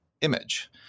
image